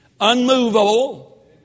unmovable